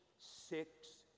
Six